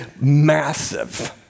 massive